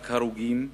רק הרוגים,